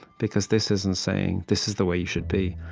because this isn't saying, this is the way you should be.